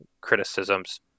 criticisms